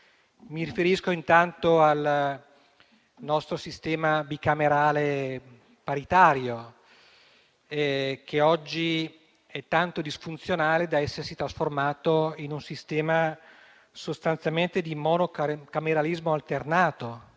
Mi riferisco intanto al nostro sistema bicamerale paritario, che oggi è tanto disfunzionale da essersi trasformato in un sistema sostanzialmente di monocameralismo alternato,